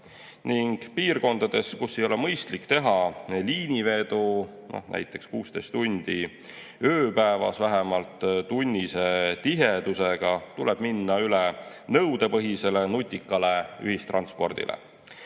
Piirkondades, kus ei ole mõistlik teha liinivedu näiteks 16 tundi ööpäevas vähemalt tunnise tihedusega, tuleb minna üle nõudepõhisele nutikale ühistranspordile.